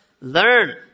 learn